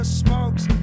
smokes